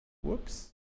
whoops